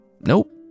Nope